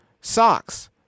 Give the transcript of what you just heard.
socks